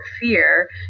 fear